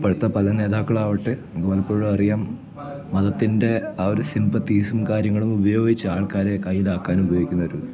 ഇപ്പോഴത്തെ പല നേതാക്കളാവട്ടെ നമുക്ക് പലപ്പോഴും അറിയാം മതത്തിൻ്റെ ആ ഒരു സിംപത്തീസും കാര്യങ്ങളും ഉപയോഗിച്ച് ആൾക്കാരെ കയ്യിലാക്കാനും ഉപയോഗിക്കുന്നവരുണ്ട്